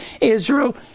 Israel